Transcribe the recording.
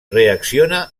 reacciona